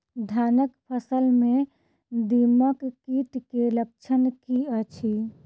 धानक फसल मे दीमक कीट केँ लक्षण की अछि?